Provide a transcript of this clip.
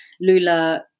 Lula